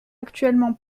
actuellement